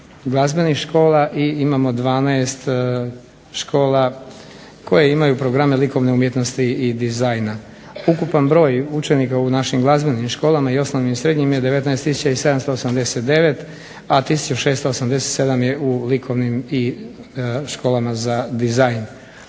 glazbenih škola i imamo 12 škola koje imaju programe likovne umjetnosti i dizajna. Ukupan broj učenika u našim glazbenim školama i osnovnim i srednjim je 19 tisuća i 789, a tisuću 687 je u likovnim i školama za dizajn.